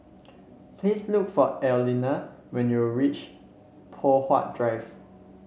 please look for Arlena when you reach Poh Huat Drive